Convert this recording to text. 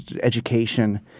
education